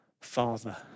Father